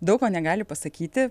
daug ko negali pasakyti